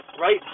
right